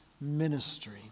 ministry